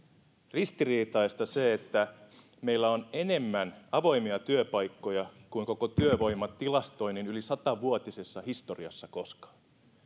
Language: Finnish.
ristiriitaista se että meillä on enemmän avoimia työpaikkoja kuin koko työvoimatilastoinnin yli satavuotisessa historiassa koskaan ja